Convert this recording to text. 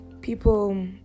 People